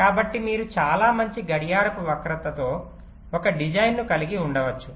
కాబట్టి మీరు చాలా మంచి గడియారపు వక్రతతో ఒక డిజైన్ను కలిగి ఉండవచ్చు